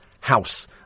house